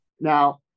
Now